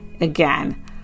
Again